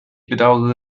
bedauere